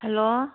hello